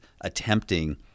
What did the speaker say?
attempting